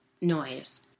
noise